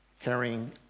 carrying